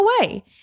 away